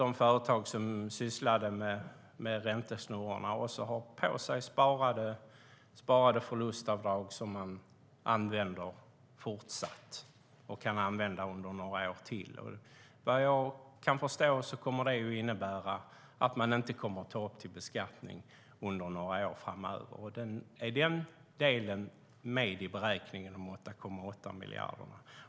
De företag som sysslade med räntesnurror har också sparade förlustavdrag som de använder fortsatt och kan använda under några år till. Vad jag kan förstå kommer det att innebära att man inte kommer att ta upp detta till beskattning under några år framöver. Är den delen med i beräkningen om de 8,8 miljarderna?